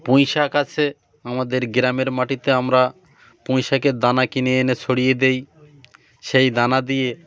পুঁই শাক আছে আমাদের গ্রামের মাটিতে আমরা পুঁই শাকের দানা কিনে এনে সরিয়ে দেই সেই দানা দিয়ে